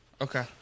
Okay